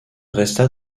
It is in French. resta